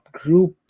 group